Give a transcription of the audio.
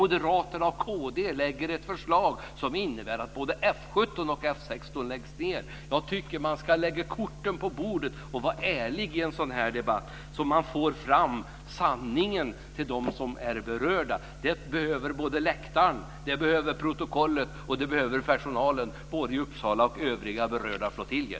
Moderaterna och Kd lägger då fram ett förslag som innebär att både F 17 och F 16 läggs ned. Jag tycker att man ska lägga korten på bordet och vara ärlig i en sådan här debatt så att man får fram sanningen till dem som är berörda. Det behöver läktaren, protokollet och personalen både i Uppsala och i övriga berörda flottiljer.